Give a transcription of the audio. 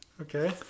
Okay